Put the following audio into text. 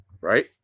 Right